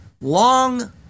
long